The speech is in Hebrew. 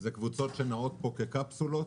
אלה קבוצות שנעות פה כקפסולות